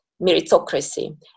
meritocracy